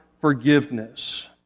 forgiveness